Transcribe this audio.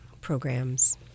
programs